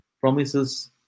promises